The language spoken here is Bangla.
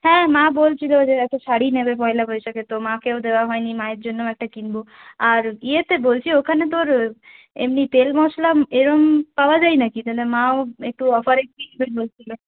হ্যাঁ মা বলছিল যে একটা শাড়ি নেবে পয়লা বৈশাখে তো মাকেও দেওয়া হয়নি মায়ের জন্যেও একটা কিনব আর ইয়েতে বলছি ওখানে তোর এমনি তেল মশলা এরকম পাওয়া যায় না কি তাহলে মাও একটু অফারে কিনবে বলছিল